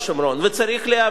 וצריך להיאבק בהם,